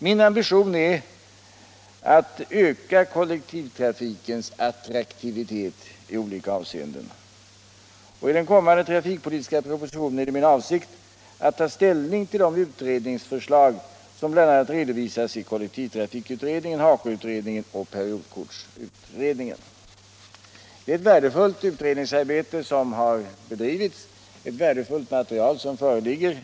Min ambition är att kunna öka kollektivtrafikens attraktivitet i olika avseenden. I den kommande trafikpolitiska propositionen är det min avsikt att ta ställning till de utredningsförslag som bl.a. redovisas i kollektivtrafikutredningen, den s.k. HACO-utredningen och den s.k. periodkortsutredningen. Det är ett värdefullt utredningsarbete som har bedrivits, och ett värdefullt material föreligger.